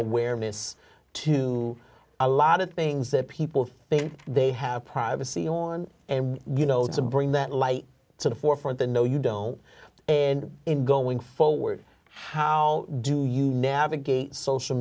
awareness to a lot of things that people think they have privacy on and you know it's a bring that light so the forefront the know you don't and in going forward how do you navigate social